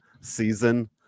season